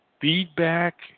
feedback